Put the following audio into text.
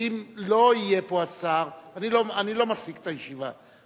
כי אם לא יהיה פה השר, אני לא מפסיק את הישיבה.